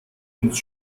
uns